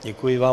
Děkuji vám.